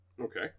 Okay